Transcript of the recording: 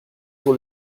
sur